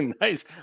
Nice